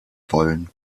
wollen